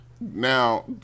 now